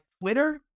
Twitter